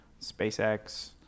SpaceX